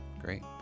great